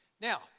Now